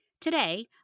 Today